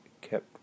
kept